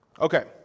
Okay